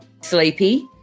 sleepy